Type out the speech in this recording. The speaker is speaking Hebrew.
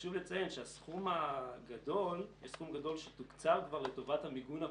וחשוב לציין שיש סכום גדול שתוקצב כבר לטובת המיגון הפרטי,